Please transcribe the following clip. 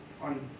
on